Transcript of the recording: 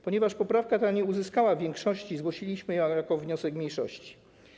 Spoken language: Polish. Ponieważ ta poprawka nie uzyskała większości, zgłosiliśmy ją jako wniosek mniejszości.